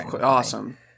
awesome